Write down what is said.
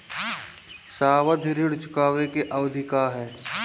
सावधि ऋण चुकावे के अवधि का ह?